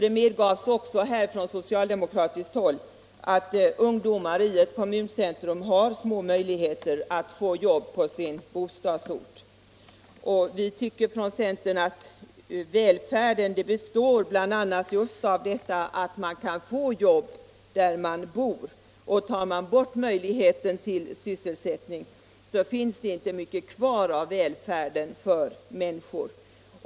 Det medgavs också från socialdemokratiskt håll att ungdomar i ett kommuncentrum har små möjligheter att få jobb på sin bostadsort. Vi tycker från centern att välfärd består bl.a. just i att man kan få jobb där man bor. Tas möjligheten till sysselsättning bort finns det inte mycket kvar av välfärden för människor.